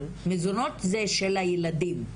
מזונות, זה של הילדים.